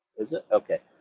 is it, okay.